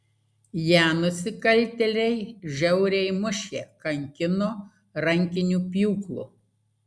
ją nusikaltėliai žiauriai mušė kankino rankiniu pjūklu